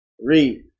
Read